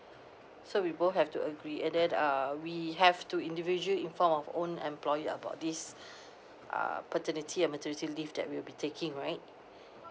so we both have to agree and then ah we have to individual inform our own employer about this ah paternity and maternity leave that we'll be taking right